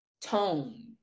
tone